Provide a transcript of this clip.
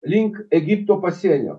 link egipto pasienio